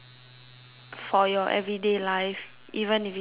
for your everyday life even if it's big or small